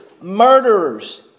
murderers